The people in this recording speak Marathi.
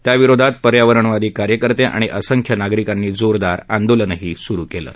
त्याविरोधात पर्यावरणवादी कार्यकर्ते आणि असंख्य नागरिकांनी जोरदार आंदोलनही सुरु क्लि